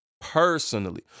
personally